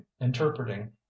interpreting